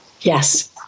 Yes